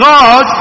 God